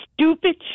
stupid